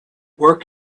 work